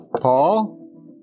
paul